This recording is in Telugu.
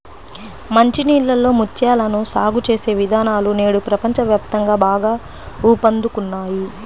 మంచి నీళ్ళలో ముత్యాలను సాగు చేసే విధానాలు నేడు ప్రపంచ వ్యాప్తంగా బాగా ఊపందుకున్నాయి